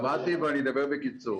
שמעתי, ואני אדבר בקיצור.